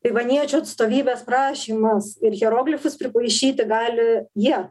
taivaniečių atstovybės prašymas ir hieroglifus pripaišyti gali jie